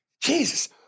Jesus